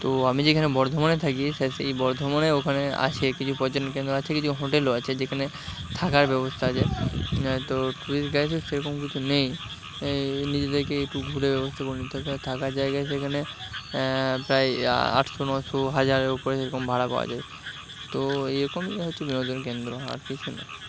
তো আমি যেখানে বর্ধমানে থাকি সেই বর্ধমানের ওখানে আছে কিছু পর্যটন কেন্দ্র আছে কিছু হোটেলেও আছে যেখানে থাকার ব্যবস্থা আছে তো ট্যুরিস্ট গেছে সেরকম কিছু নেই নিজেদেরকেই একটু ঘুরে ব্যবস্থা করে নিতে হবে আর থাকার জায়গা সেখানে প্রায় আটশো নশো হাজারের ওপরে এরকম ভাড়া পাওয়া যায় তো এই রকমই হচ্ছে বিনোদন কেন্দ্র আর কিছু না